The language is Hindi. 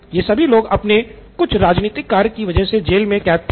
ये सभी लोग अपने कुछ राजनीतिक कार्य की वजह से जेल में कैद थे